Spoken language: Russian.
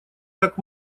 как